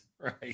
Right